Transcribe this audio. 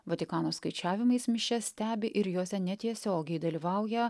vatikano skaičiavimais mišias stebi ir juose netiesiogiai dalyvauja